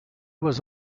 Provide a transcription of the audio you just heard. was